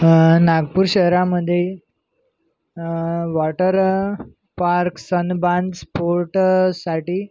नागपूर शहरामध्ये water park सनबान sport साठी